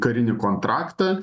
karinį kontraktą